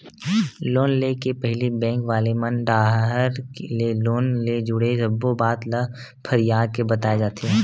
loan ले के पहिली बेंक वाले मन डाहर ले लोन ले जुड़े सब्बो बात ल फरियाके बताए जाथे